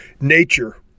nature